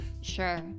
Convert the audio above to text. sure